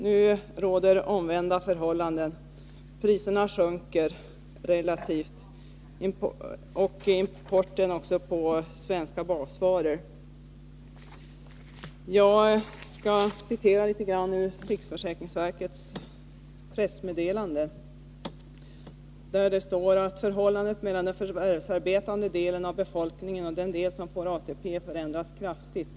Nu råder omvända förhållanden — priserna sjunker relativt sett och även importen på svenska basvaror. Jag skall citera litet grand ur riksförsäkringsverkets pressmeddelande där det står: ”Förhållandet mellan den förvärvsarbetande delen av befolkningen och den del som får ATP förändras kraftigt.